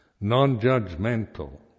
non-judgmental